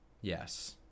Yes